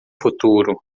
futuro